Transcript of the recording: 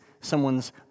someone's